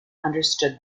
understood